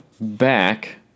back